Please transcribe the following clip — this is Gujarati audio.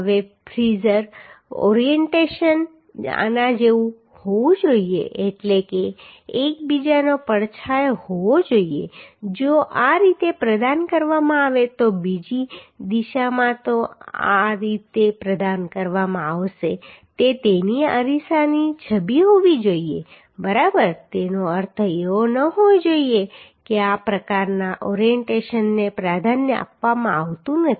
હવે પ્રિફર ઓરિએન્ટેશન આના જેવું હોવું જોઈએ એટલે કે એક બીજાનો પડછાયો હોવો જોઈએ જો આ આ રીતે પ્રદાન કરવામાં આવે તો બીજી બીજી દિશામાં તે આ રીતે પ્રદાન કરવામાં આવે તેથી તે તેની અરીસાની છબી હોવી જોઈએ બરાબર તેનો અર્થ એવો ન હોવો જોઈએ કે આ પ્રકારના ઓરિએન્ટેશનને પ્રાધાન્ય આપવામાં આવતું નથી